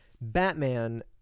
Batman